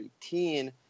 18